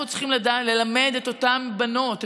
אנחנו צריכים ללמד את אותן בנות,